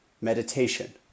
meditation